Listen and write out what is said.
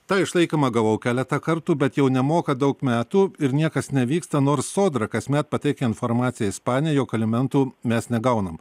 tą išlaikymą gavau keletą kartų bet jau nemoka daug metų ir niekas nevyksta nors sodra kasmet pateikia informaciją ispanijai jog alimentų mes negaunam